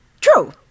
True